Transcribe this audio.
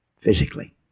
physically